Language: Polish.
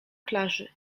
plaży